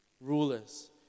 rulers